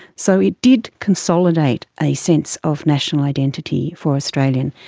so it did consolidate a sense of national identity for australians.